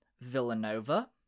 Villanova